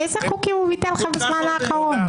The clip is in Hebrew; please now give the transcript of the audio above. כל כך הרבה.